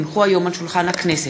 כי הונחו היום על שולחן הכנסת,